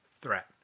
threat